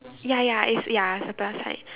ya ya it's ya it's a plus sign